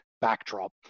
backdrop